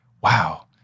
wow